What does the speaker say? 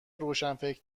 روشنفکر